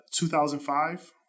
2005